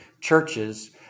churches